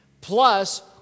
plus